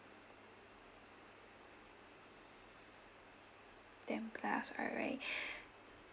ten plus alright